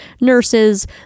nurses